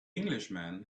englishman